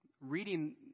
reading